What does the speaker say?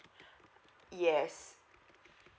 yes